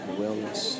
wellness